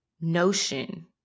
notion